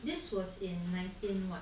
this was in nineteen [what]